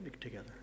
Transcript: together